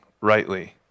rightly